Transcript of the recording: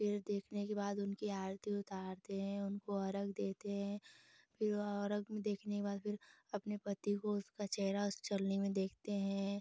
फिर देखने के बाद उनकी आरती उतारते हैं उनको अर्घ्य देते हैं फिर अर्घ्य में देने के बाद फिर अपने पति को उनका चेहरा उस चलनी में देखते हैं